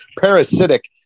Parasitic